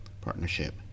partnership